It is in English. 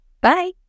Bye